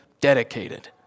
dedicated